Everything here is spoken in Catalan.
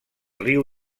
riu